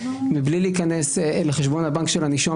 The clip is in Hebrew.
מבלי להיכנס בוודאי לחשבון הבנק של הנישום,